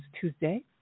Tuesday